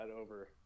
over